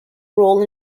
role